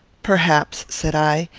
perhaps, said i,